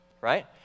right